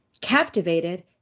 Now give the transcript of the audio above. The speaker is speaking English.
Captivated